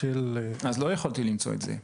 אז לא יכולתי למצוא את זה.